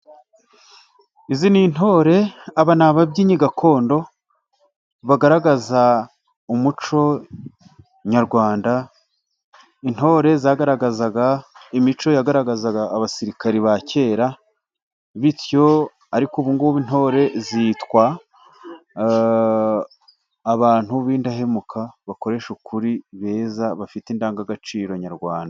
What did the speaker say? Izi ni intore, aba ni ababyinnyi gakondo bagaragaza umuco nyarwanda. Intore zagaragazaga imico yagaragazaga abasirikare ba kera, bityo ariko ubu intore zitwa abantu b'indahemuka ,bakoresha ukuri beza, bafite indangagaciro nyarwanda.